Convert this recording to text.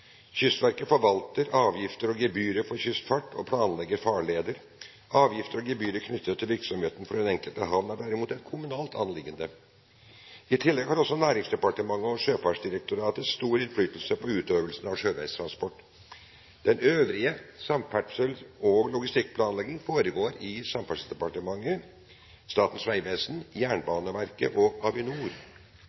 Kystverket forvalter avgifter og gebyrer for kystfart og planlegger farleder. Avgifter og gebyrer knyttet til virksomheten på den enkelte havn er derimot et kommunalt anliggende. I tillegg har også Næringsdepartementet og Sjøfartsdirektoratet stor innflytelse på utøvelsen av sjøveis transport. Den øvrige samferdsels- og logistikkplanleggingen foregår i Samferdselsdepartementet, Statens vegvesen, Jernbaneverket og Avinor.